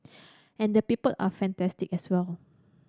and the people are fantastic as well